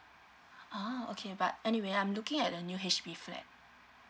oh okay but anyway I'm looking at the new H B flat